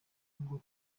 ngo